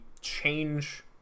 change